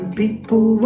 people